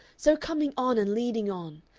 so coming on and leading on!